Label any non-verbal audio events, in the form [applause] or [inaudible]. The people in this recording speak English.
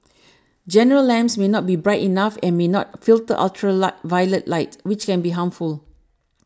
general lamps may not be bright enough and may not filter ultra [unintelligible] violet light which can be harmful